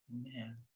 Amen